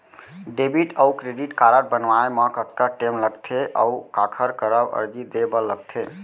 Debit अऊ credit card बनवाए मा कतका टेम लगथे, अऊ काखर करा अर्जी दे बर लगथे?